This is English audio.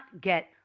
get